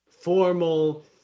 formal